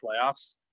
playoffs